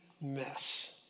mess